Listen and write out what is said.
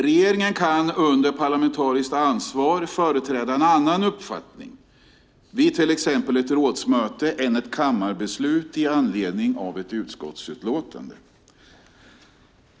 Regeringen kan under parlamentariskt ansvar företräda en annan uppfattning vid till exempel ett rådsmöte än ett kammarbeslut med anledning av ett utskottsutlåtande.